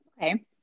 Okay